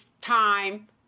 time